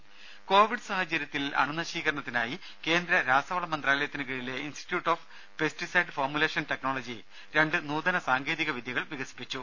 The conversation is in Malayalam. രുദ കോവിഡ് സാഹചര്യത്തിൽ അണുനശീകരണത്തിനായി കേന്ദ്ര രാസവള മന്ത്രാലയത്തിനു കീഴിലെ institute of pesticide formulation technology രണ്ട് നൂതന സാങ്കേതിക വിദ്യകൾ വികസിപ്പിച്ചു